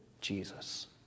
Jesus